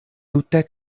tute